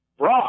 Raw